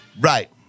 Right